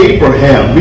Abraham